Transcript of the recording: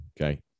okay